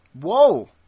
Whoa